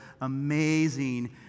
amazing